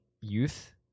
youth